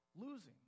losing